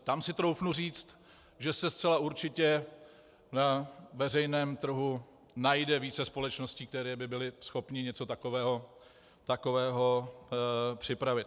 Tam si troufnu říct, že se zcela určitě ve veřejném trhu najde více společností, které by byly schopny něco takového připravit.